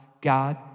God